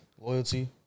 Loyalty